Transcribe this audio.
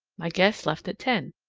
my guests left at ten,